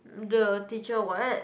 the teacher what